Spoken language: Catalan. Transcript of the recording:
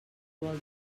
vol